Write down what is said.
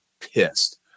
pissed